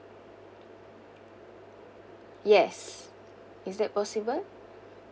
yes is that possible